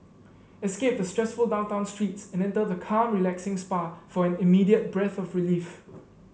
escape the stressful downtown streets and enter the calm relaxing spa for an immediate breath of relief